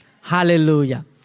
Hallelujah